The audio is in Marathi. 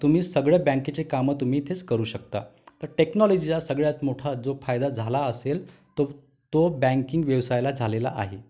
तुम्ही सगळं बँकेचे कामं तुम्ही इथेच करू शकता तर टेक्नॉलॉजीचा सगळ्यात मोठा जो फायदा झाला असेल तर तो बँकिंग व्यवसायाला झालेला आहे